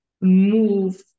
move